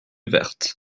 verte